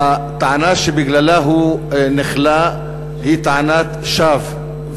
הטענה שבגללה הוא נכלא היא טענת שווא,